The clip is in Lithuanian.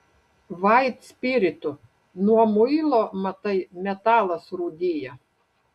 vaitspiritu nuo muilo matai metalas rūdija